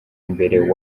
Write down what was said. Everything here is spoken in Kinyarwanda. imbere